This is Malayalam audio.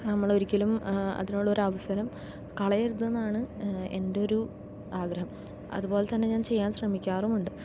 നമ്മളൊരിക്കലും അതിനുള്ള ഒരവസരം കളയരുത് എന്നാണ് എൻ്റെ ഒരു ആഗ്രഹം അതുപോലെത്തന്നെ ഞാൻ ചെയ്യാൻ ശ്രമിക്കാറുമുണ്ട്